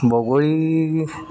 বগৰী